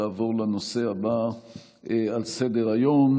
לעבור לנושא הבא על סדר-היום,